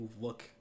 look